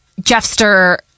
Jeffster